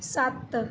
ਸੱਤ